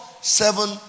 seven